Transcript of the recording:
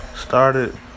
started